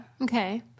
Okay